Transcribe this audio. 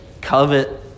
covet